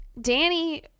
Danny